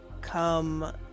come